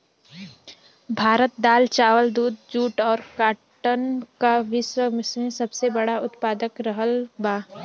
भारत दाल चावल दूध जूट और काटन का विश्व में सबसे बड़ा उतपादक रहल बा